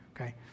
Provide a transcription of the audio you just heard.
okay